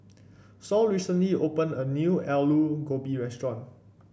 Sol recently opened a new Aloo Gobi restaurant